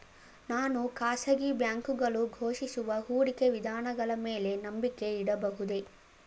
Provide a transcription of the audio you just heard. ನಾನು ಖಾಸಗಿ ಬ್ಯಾಂಕುಗಳು ಘೋಷಿಸುವ ಹೂಡಿಕೆ ವಿಧಾನಗಳ ಮೇಲೆ ನಂಬಿಕೆ ಇಡಬಹುದೇ?